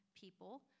people